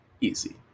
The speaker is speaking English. easy